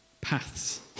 paths